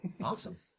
Awesome